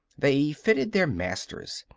they fitted their masters.